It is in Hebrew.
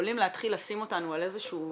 ויכולים להתחיל לשים אותנו על איזשהו